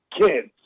kids